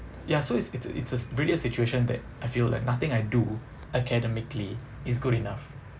yah so it's it's a it's a situation that I feel like nothing I do academically is good enough